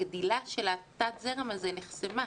הגדילה של תת הזרם הזה נחסמה.